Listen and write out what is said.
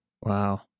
Wow